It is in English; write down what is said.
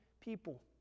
people